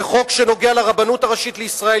זה חוק שנוגע לרבנות הראשית לישראל.